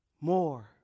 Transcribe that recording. more